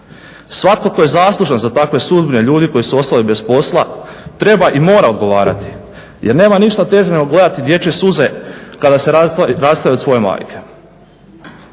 Svatko tko je zaslužan za takve sudbine ljudi koji su ostali bez posla treba i mora odgovarati jer nema ništa teže nego gledati dječje suze kada se rastaje od svoje majke.